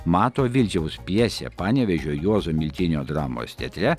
mato vildžiaus pjesę panevėžio juozo miltinio dramos teatre